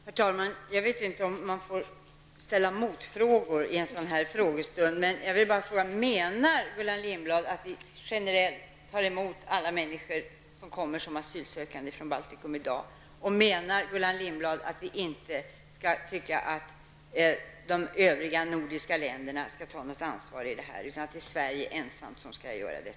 Herr talman! Jag vet inte om man får ställa motfrågor i en sådan här frågestund. Jag vill emellertid ställa följande fråga: Menar Gullan Lindblad att vi generellt skall ta emot alla människor som kommer till Sverige som asylsökande från Baltikum? Och menar Gullan Lindblad att vi skall ha uppfattningen att de övriga nordiska länderna inte skall ta något ansvar i fråga om detta utan att Sverige ensamt skall göra det?